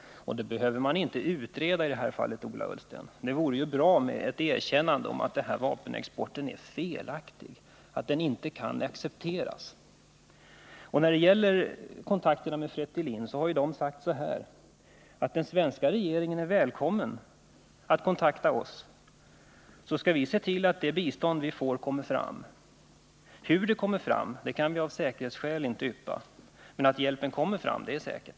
Det behöver man inte utreda i detta fall, Ola Ullsten. Det vore bra med ett erkännande av att det är felaktigt att bedriva denna vapenexport och att den inte kan accepteras. När det gäller kontakterna med Fretilin, så har organisationens företrädare sagt att den svenska regeringen är välkommen att kontakta dem, och då skall de se till att det bistånd de får kommer fram. Hur det kommer fram kan man av säkerhetsskäl inte yppa, men att hjälpen kommer fram är säkert.